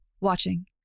watching